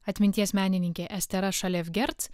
atminties menininkė estera šalevgerc